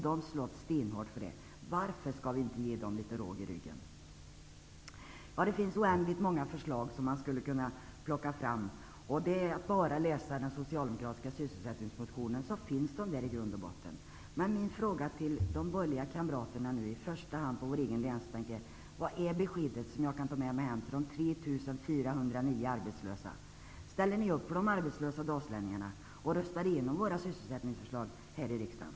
De slåss stenhårt för det. Varför skall vi inte ge dem litet råg i ryggen? Man skulle kunna plocka fram oändligt många förslag. De finns i den socialdemokratiska sysselsättningsmotionen. Min fråga till de borgerliga kamraterna, i första hand på vår egen länsbänk, gäller vilket besked jag kan ta med mig hem till de 3 409 arbetslösa. Ställer ni upp på de arbetslösa dalslänningarna och röstar igenom våra sysselsättningsförslag här i riksdagen?